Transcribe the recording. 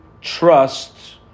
trust